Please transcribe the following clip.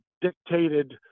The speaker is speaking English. dictated